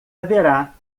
haverá